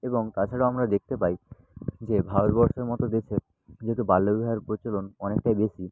এবং তাছাড়াও আমরা দেখতে পাই যে ভারতবর্ষের মতো দেশে যেহেতু বাল্য বিবাহের প্রচলন অনেকটাই বেশি